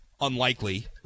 unlikely